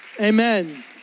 Amen